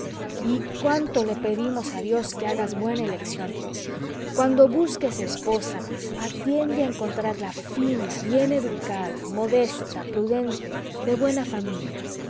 y cuánto le pedimos a dios que hagas buena elección cuando busques esposa atiende a encontrarla fina bien educada modesta prudente de buena familia